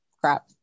crap